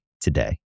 today